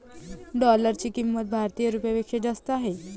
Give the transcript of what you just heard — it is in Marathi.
डॉलरची किंमत भारतीय रुपयापेक्षा जास्त आहे